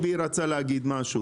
אני חושב שטיבי רצה להגיד משהו.